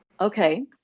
Okay